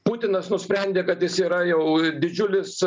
putinas nusprendė kad jis yra jau didžiulis